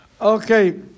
Okay